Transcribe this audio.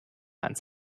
ans